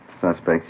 Suspects